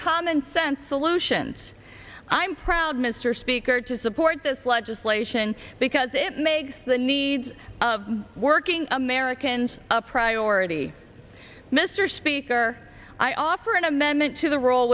commonsense solutions i'm proud mr speaker to support this legislation because it makes the need of working americans a priority mr speaker i offer an amendment to the r